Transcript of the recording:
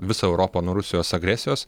visą europą nuo rusijos agresijos